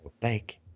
Thank